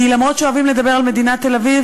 כי אף שאוהבים לדבר על מדינת תל-אביב,